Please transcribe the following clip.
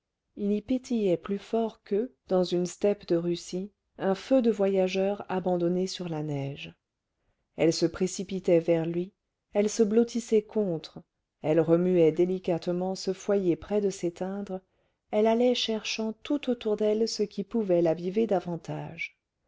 il y pétillait plus fort que dans un steppe de russie un feu de voyageurs abandonné sur la neige elle se précipitait vers lui elle se blottissait contre elle remuait délicatement ce foyer près de s'éteindre elle allait cherchant tout autour d'elle ce qui pouvait l'aviver davantage